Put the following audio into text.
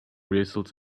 results